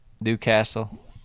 Newcastle